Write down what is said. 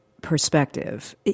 perspective